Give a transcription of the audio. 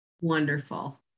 Wonderful